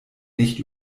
nicht